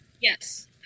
Yes